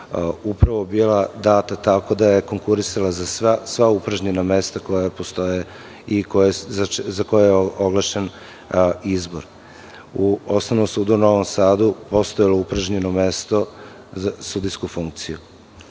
prijava bila data tako da je konkurisala za sva upražnjena mesta koja postoje i za koja je oglašen izbor. U Osnovnom sudu u Novom Sada je postojalo upražnjeno mesto za sudijsku funkciju.